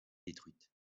détruite